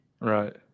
Right